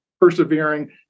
persevering